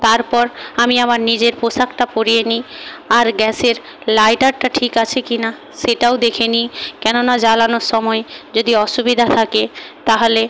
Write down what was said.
তারপর আমি আমার নিজের পোশাকটা পরিয়ে নিই আর গ্যাসের লাইটারটা ঠিক আছে কি না সেটাও দেখে নিই কেননা জ্বালানোর সময় যদি অসুবিধা থাকে তাহলে